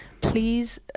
please